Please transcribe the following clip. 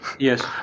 Yes